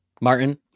Martin